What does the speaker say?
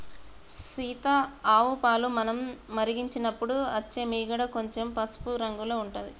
సీత ఆవు పాలు మనం మరిగించినపుడు అచ్చే మీగడ కొంచెం పసుపు రంగుల ఉంటది